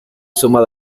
sumo